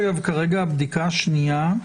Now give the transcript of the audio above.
כרגע בדיקה שנייה,